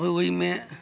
ओ ओइमे